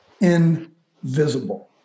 invisible